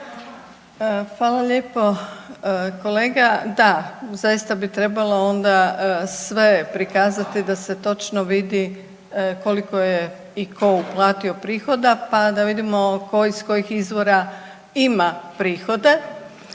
Hvala lijepo. Kolega da, zaista bi trebalo onda sve prikazati da se točno vidi koliko je i tko uplatio prihoda pa da vidimo iz kojih izvora ima prihode.